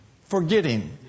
forgetting